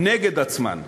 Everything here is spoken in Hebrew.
נגד עצמן.